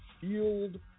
field